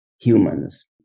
humans